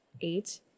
eight